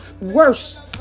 worse